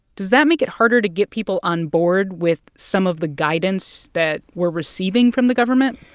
does that make it harder to get people on board with some of the guidance that we're receiving from the government?